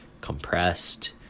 compressed